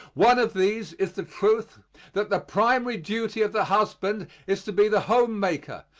one of these is the truth that the primary duty of the husband is to be the home-maker,